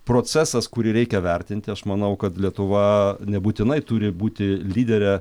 procesas kurį reikia vertinti aš manau kad lietuva nebūtinai turi būti lydere